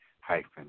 hyphen